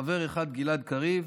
חבר אחד: גלעד קריב,